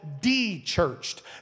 de-churched